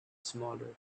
smaller